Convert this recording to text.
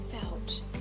felt